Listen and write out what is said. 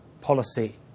policy